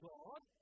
God